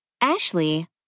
Ashley